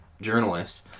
journalists